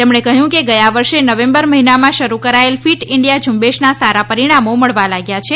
તેમણે ક્હ્યું કે ગયા વર્ષે નવેમ્બર મહિનામાં શરૂ કરાયેલ ફીટ ઇન્ડિયા ઝુંબેશના સારા પરિણામો મળવા લાગ્યા છે